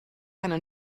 einen